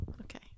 Okay